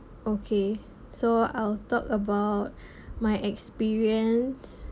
okay so I'll talk about my experience